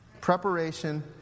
Preparation